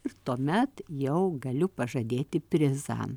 ir tuomet jau galiu pažadėti prizą